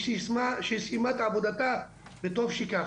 שהיא סיימה את עבודתה וטוב שכך.